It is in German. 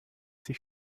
sich